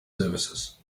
services